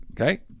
Okay